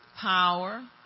Power